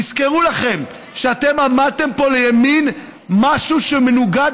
יזכרו לכם שאתם עמדתם פה לימין משהו שמנוגד